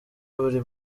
buri